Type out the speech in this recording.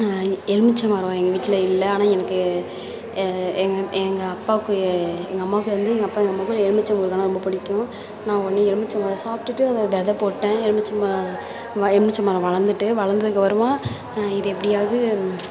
எலுமிச்சை மரம் எங்கள் வீட்டில் இல்லை ஆனால் எனக்கு எ எங் எங்கள் அப்பாவுக்கு எங்கள் அம்மாவுக்கு வந்து எங்க அப்பா எங்க அம்மாக்கும் எலுமிச்சை ஊறுகாய்ன்னா ரொம்ப பிடிக்கும் நான் உடனே எலுமிச்சை பழம் சாப்பிட்டுட்டு அதை வெதை போட்டேன் எலுமிச்சை ம எலுமிச்சை மரம் வளர்ந்துட்டு வளர்த்ததுக்கு அப்புறமா இதை எப்படியாவது